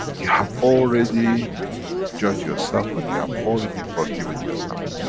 you have already judged yourself and you have already forgiven yourself.